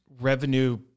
revenue